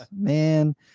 man